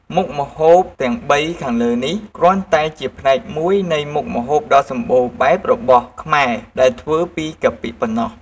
មុខម្ហូបទាំងបីខាងលើនេះ គ្រាន់តែជាផ្នែកមួយនៃមុខម្ហូបដ៏សម្បូរបែបរបស់ខ្មែរដែលធ្វើពីកាពិប៉ុណ្ណោះ។